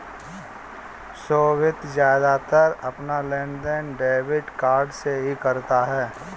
सोभित ज्यादातर अपना लेनदेन डेबिट कार्ड से ही करता है